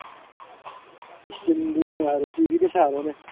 ꯏꯁꯇꯤꯜꯗꯤ ꯅꯨꯡꯉꯥꯏꯔꯣꯏ ꯄꯤ ꯚꯤꯗ ꯁꯥꯔꯣꯅꯦ